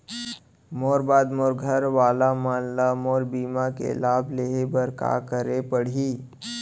मोर बाद मोर घर वाला मन ला मोर बीमा के लाभ लेहे बर का करे पड़ही?